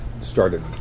started